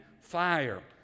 fire